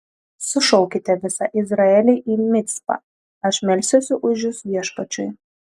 sušaukite visą izraelį į micpą aš melsiuosi už jus viešpačiui